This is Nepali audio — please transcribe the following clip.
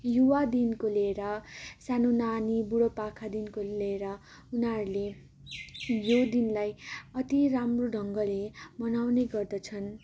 युवादेखिको लिएर सानो नानी बुढोपाकादेखिको लिएर उनीहरूले यो दिनलाई अति राम्रो ढङ्गले मनाउने गर्दछन्